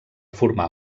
formar